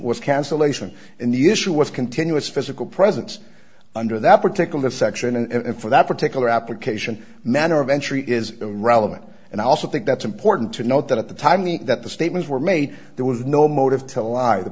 was cancellation and the issue with continuous physical presence under that particular section and for that particular application manner of entry is relevant and i also think that's important to note that at the time the that the statements were made there was no motive to lie